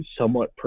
somewhat